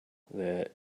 there